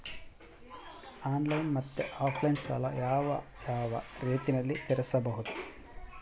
Online ಮತ್ತೆ offline ಸಾಲ ಯಾವ ಯಾವ ರೇತಿನಲ್ಲಿ ತೇರಿಸಬಹುದು?